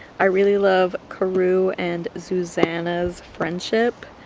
i really love karou and zuzana's friendship,